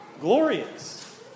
glorious